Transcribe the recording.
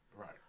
Right